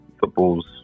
football's